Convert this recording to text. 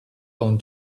own